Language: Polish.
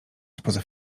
spoza